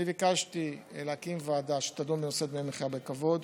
אני ביקשתי להקים ועדה שתדון בנושא דמי מחיה בכבוד.